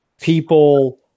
people